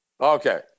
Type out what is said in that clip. okay